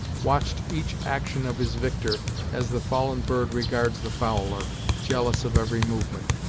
watched each action of his victor as the fallen bird regards the fowler jealous of every movement.